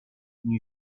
new